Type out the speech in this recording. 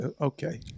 Okay